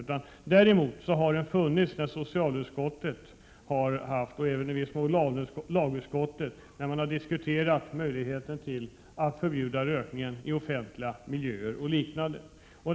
Vid betänkanden från socialutskottet, och i viss utsträckning också vid betänkanden från lagutskottet, har vi diskuterat möjligheterna att förbjuda rökning i t.ex. offentliga miljöer.